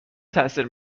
تاثیر